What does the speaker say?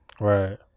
Right